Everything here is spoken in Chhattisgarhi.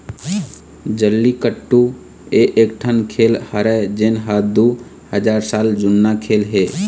जल्लीकट्टू ए एकठन खेल हरय जेन ह दू हजार साल जुन्ना खेल हे